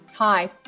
Hi